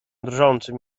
drżącym